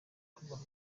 akamaro